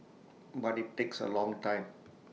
but IT takes A long time